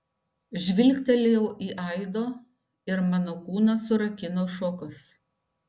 žvilgtelėjau į aido ir mano kūną surakino šokas